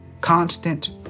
Constant